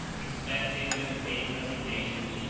expected, with tame resignation,